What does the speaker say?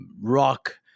rock